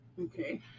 Okay